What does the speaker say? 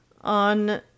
On